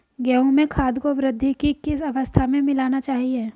गेहूँ में खाद को वृद्धि की किस अवस्था में मिलाना चाहिए?